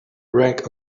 wreck